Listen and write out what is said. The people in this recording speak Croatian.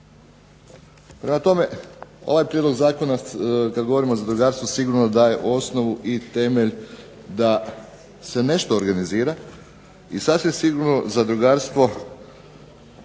Prema tome, ovaj prijedlog zakona kad govorimo o zadrugarstvu sigurno daje osnovu i temelj da se nešto organizira i sasvim sigurno zadrugarstvo